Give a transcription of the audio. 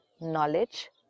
knowledge